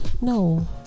No